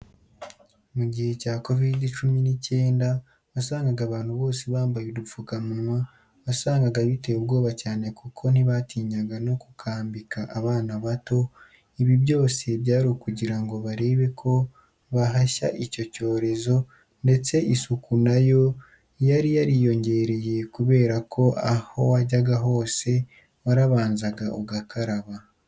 Mu gihe cya Covide cumi n'icyenda wasangaga abantu bose bambaye udupfukamunwa, wasangaga biteye ubwoba cyane kuko ntibatinyaga no kukambika abana bato, ibi byose byari ukugira ngo barebe ko bahashya icyo cyorezo ndetse isuku na yo yari yariyongereye kubera ko aho wajyaga hose warabanzaga ugakaraba.